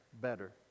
better